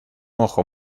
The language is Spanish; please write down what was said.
ojo